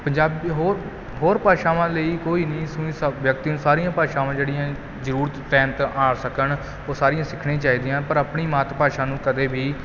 ਪੰਜਾਬ ਹੋਰ ਹੋਰ ਭਾਸ਼ਾਵਾਂ ਲਈ ਕੋਈ ਨਹੀਂ ਇਸਨੂੰ ਇਸ ਵਿਅਕਤੀ ਨੂੰ ਸਾਰੀਆਂ ਭਾਸ਼ਾਵਾਂ ਜਿਹੜੀਆਂ ਹੈ ਜ਼ਰੂਰਤ ਪੈਣ 'ਤੇ ਆ ਸਕਣ ਉਹ ਸਾਰੀਆਂ ਸਿੱਖਣੀਆਂ ਚਾਹੀਦੀਆਂ ਪਰ ਆਪਣੀ ਮਾਤ ਭਾਸ਼ਾ ਨੂੰ ਕਦੇ ਵੀ